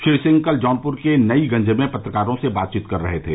श्री सिंह कल जौनपुर के नईगंज में पत्रकारों से बातचीत कर रहे थे